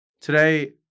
Today